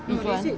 izuan